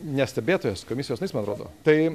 ne stebėtojas komisijos narys man atrodo tai